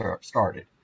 started